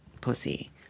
pussy